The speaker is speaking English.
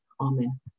Amen